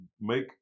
make